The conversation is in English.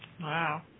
Wow